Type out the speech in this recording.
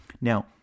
Now